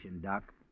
Doc